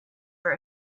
for